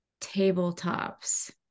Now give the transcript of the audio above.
tabletops